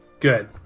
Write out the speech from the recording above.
Good